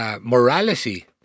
morality